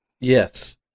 Yes